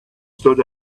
stood